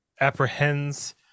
apprehends